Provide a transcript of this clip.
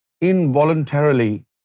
involuntarily